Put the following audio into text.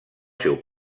seu